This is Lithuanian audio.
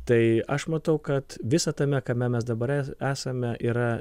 tai aš matau kad visa tame kame mes dabar es esame yra